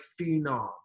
phenom